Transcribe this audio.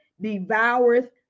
devoureth